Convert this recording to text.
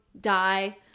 die